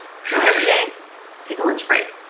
so every day take a lunch break.